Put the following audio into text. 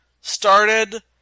started